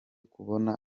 kubona